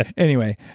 ah anyway